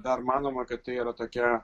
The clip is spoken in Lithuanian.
dar manoma kad tai yra tokia